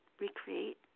recreate